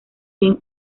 bien